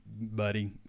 buddy